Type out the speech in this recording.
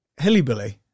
Hillybilly